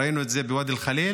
ראינו את זה בוואדי אל-ח'ליל,